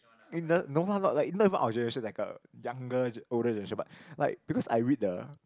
in the no lah not like not even our generation like a younger older generation but like because I read the